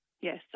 yes